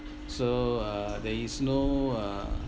so uh there is no uh